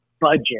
budget